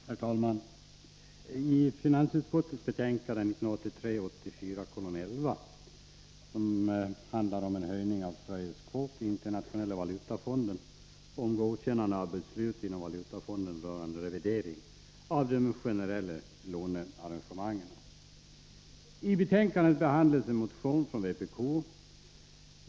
Herr talman! Finansutskottets betänkande 1983/84:11 handlar om en höjning av Sveriges kvot i Internationella valutafonden och om godkännande av beslut inom valutafonden rörande revidering av de generella lånearrangemangen. I betänkandet behandlas en motion från vpk.